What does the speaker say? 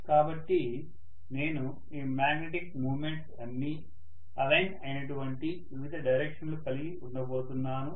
కాబట్టి నేను ఈ మ్యాగ్నెటిక్ మూమెంట్స్ అన్ని అలైన్ అయినటువంటి వివిధ డైరెక్షన్లు కలిగి ఉండబోతున్నాను